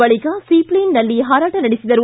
ಬಳಿಕ ಸೀ ಫ್ಷೇನ್ನಲ್ಲಿ ಪಾರಾಟ ನಡೆಸಿದರು